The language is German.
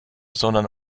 sondern